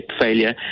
failure